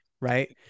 right